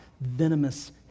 venomous